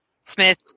Smith